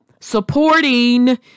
Supporting